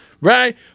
Right